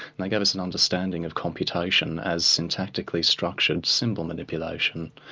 and they gave us an understanding of computation as syntactically structured symbol manipulation.